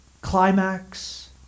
climax